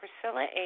Priscilla